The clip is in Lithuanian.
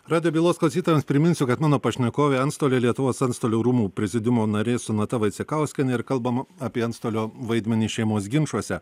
radijo bylos klausytojams priminsiu kad mano pašnekovė antstolė lietuvos antstolių rūmų prezidiumo narė sonata vaicekauskienė ir kalbam apie antstolio vaidmenį šeimos ginčuose